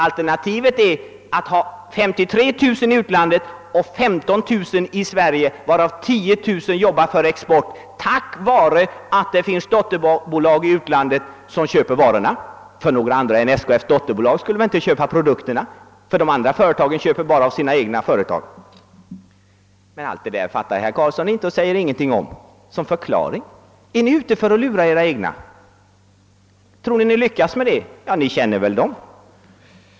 Alternativet är att ha 53 000 i utlandet och 15 000 i Sverige, varav 10 000 arbetar för export tack vare att det finns dotterbolag i utlandet som köper varorna. Några andra än SKF:s dotterbolag skulle nämligen inte köpa produkterna. De andra köper bara av sina egna företag. Men allt detta fattar herr Karlsson inte, och han säger ingenting om det som förklaring. Är ni ute för att lura era egna? Tror ni att ni lyckas med det? Ja, ni känner väl dem!